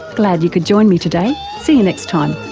glad you could join me today, see you next time